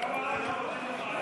איתן, גם אנחנו מודים לך.